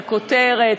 על כותרת,